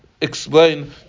explain